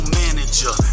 manager